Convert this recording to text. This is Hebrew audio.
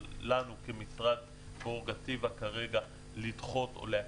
אבל לנו כמשרד פררוגטיבה כרגע לדחות או לעכב,